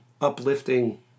uplifting